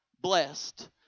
blessed